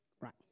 Right